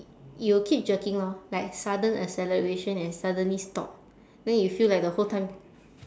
you will keep jerking lor like sudden acceleration and suddenly stop then you feel like the whole time